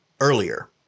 earlier